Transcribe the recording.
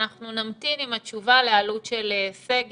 אנחנו נמתין עם התשובה לעלות של סגר,